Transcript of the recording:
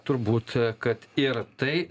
turbūt kad ir tai